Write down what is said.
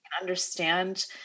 understand